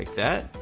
that